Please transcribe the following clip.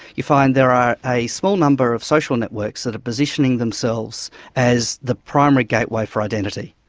you find there are a small number of social networks that are positioning themselves as the primary gateway for identity.